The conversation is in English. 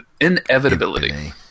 inevitability